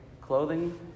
clothing